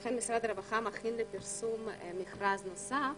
לכן משרד הרווחה מכין לפרסום מכרז נוסף,